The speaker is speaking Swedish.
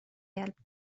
hjälpt